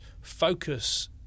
focus